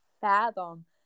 fathom